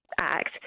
Act